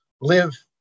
live